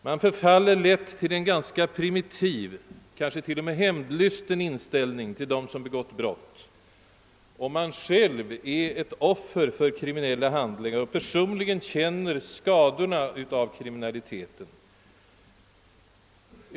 Man tycks också lätt förfalla till en ganska primitiv, kanske till och med hämndlysten, inställning till dem som begått brott, om man själv är ett offer för kriminella handlingar och personligen direkt lider skada av kriminaliteten.